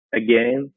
again